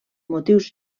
motius